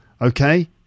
Okay